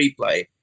replay